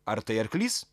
ar tai arklys